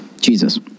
Jesus